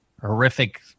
horrific